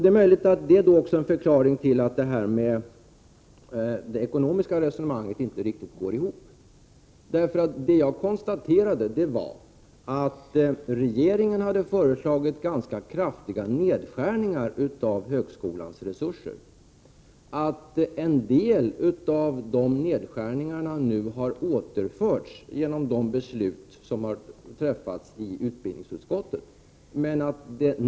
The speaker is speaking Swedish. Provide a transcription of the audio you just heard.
Det är möjligt att det är förklaringen till uttalandena om att det ekonomiska resonemanget inte riktigt går ihop. Vad jag konstaterade var att regeringen hade föreslagit ganska kraftiga nedskärningar vad gäller högskolans resurser och att en del av de pengarna har återförts genom de överenskommelser som träffats i utbildningsutskottet.